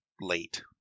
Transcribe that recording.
late